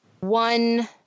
one